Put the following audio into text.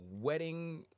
wedding